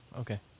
Okay